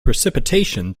precipitation